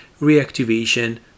reactivation